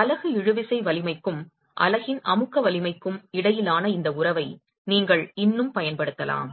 அலகு இழுவிசை வலிமைக்கும் அலகின் அமுக்க வலிமைக்கும் இடையிலான இந்த உறவை நீங்கள் இன்னும் பயன்படுத்தலாம்